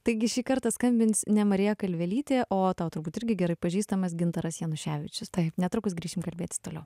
taigi šį kartą skambins ne marija kalvelytė o tau turbūt irgi gerai pažįstamas gintaras januševičius netrukus grįšim kalbėtis toliau